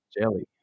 jelly